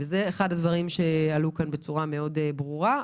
זה אחד הדברים שעלה כאן בצורה מאוד ברורה.